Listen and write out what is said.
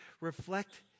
reflect